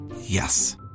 Yes